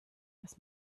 dass